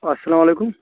اَسلامُ علیکُم